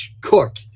cook